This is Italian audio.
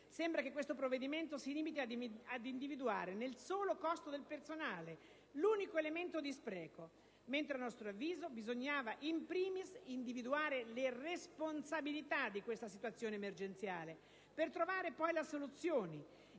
sembra che questo provvedimento si limiti ad individuare nel solo costo del personale l'unico elemento di spreco, mentre a nostro avviso bisognava *in primis* individuare le responsabilità di questa situazione emergenziale, per trovare poi le soluzioni,